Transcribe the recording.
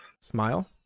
Smile